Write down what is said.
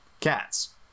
cats